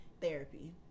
therapy